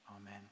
amen